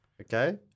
Okay